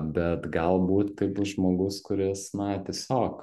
bet galbūt tai bus žmogus kuris na tiesiog